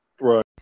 Right